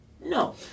No